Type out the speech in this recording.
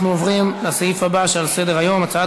אנחנו עוברים לסעיף הבא שעל סדר-היום: הצעת